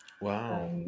Wow